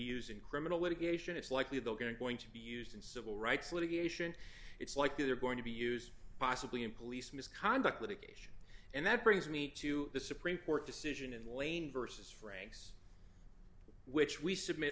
using criminal litigation it's likely they'll going to going to be used in civil rights litigation it's likely they're going to be used possibly in police misconduct litigation and that brings me to the supreme court decision in lane versus franks which we submit